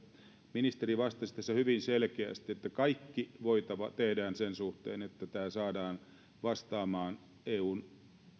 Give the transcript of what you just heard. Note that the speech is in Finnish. ministeri vastasi tässä hyvin selkeästi että kaikki voitava tehdään sen suhteen että tämä saadaan vastaamaan eun